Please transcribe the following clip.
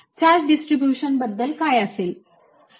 charge distribution बद्दल काय असेल